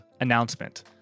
Announcement